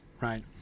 right